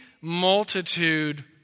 multitude